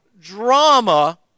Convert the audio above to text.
drama